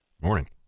Morning